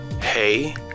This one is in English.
Hey